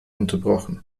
unterbrochen